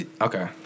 okay